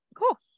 Cool